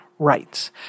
rights